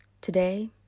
Today